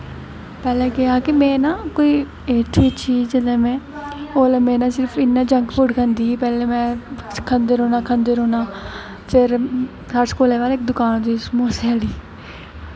पैह्लें केह् हा ना में कोई एटथ बिच्च ही जिसलै में उसलै ना में इन्ना जंक फूड खंदी ही में खंदे रौह्ना खंदे रौह्ना फिर हाई स्कूल दे बाह्र दकान ही समोसें आह्ली